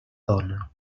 dona